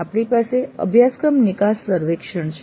આપણી પાસે અભ્યાસક્રમ નિકાસ સર્વેક્ષણ છે